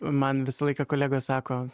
man visą laiką kolega sako